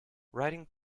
writing